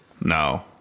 No